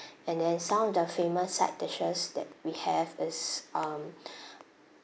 and then some of the famous side dishes that we have is um